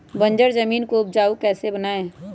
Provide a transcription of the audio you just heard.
बंजर जमीन को उपजाऊ कैसे बनाय?